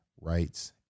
rights